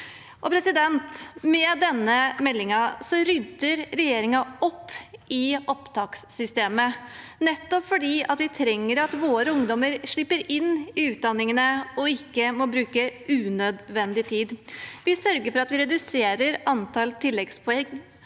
trengt. Med denne meldingen rydder regjeringen opp i opptakssystemet, nettopp fordi vi trenger at våre ungdommer slipper inn i utdanningene og ikke må bruke unødvendig tid. Vi sørger for å redusere antallet tilleggspoeng,